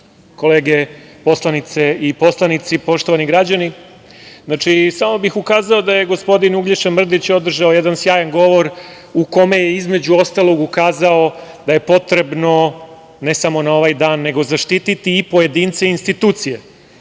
kolege poslanice i poslanici, poštovani građani, samo bih ukazao na to da je gospodin Uglješa Mrdić održao jedan sjajan govor u kome je, između ostalog, ukazao da je potrebno, ne samo na ovaj dan, nego zaštiti i pojedince i institucije. To